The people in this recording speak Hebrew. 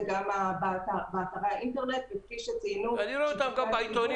אלא זה גם באתרי האינטרנט --- אני רואה אותם גם בעיתונים.